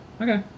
Okay